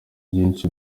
byinshi